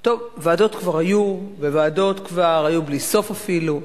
טוב, ועדות כבר היו, ועדות היו בלי סוף אפילו,